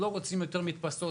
לא רוצים יותר מדפסות,